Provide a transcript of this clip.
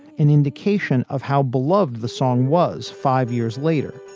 an indication of how beloved the song was five years later,